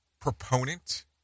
proponent